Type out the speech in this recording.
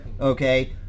okay